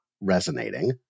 resonating